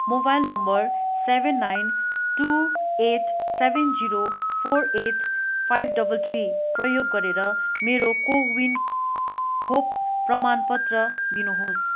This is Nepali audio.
mobile number seven nine two eight seven zero four eight five double three प्रयोग गरेर मेरो को विन खोप प्रमाणपत्र दिनुहोस्